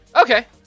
Okay